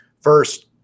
First